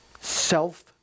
self